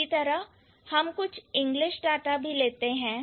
इसी तरह हम कुछ इंग्लिश डाटा भी लेते हैं